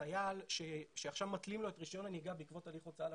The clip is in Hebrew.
חייל שעכשיו מעקלים לו את רישיון הנהיגה בעקבות הליך הוצאה לפועל,